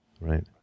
Right